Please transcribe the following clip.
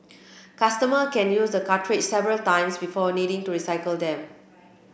customers can use the cartridges several times before needing to recycle them